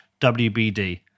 WBD